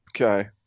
Okay